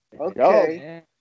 Okay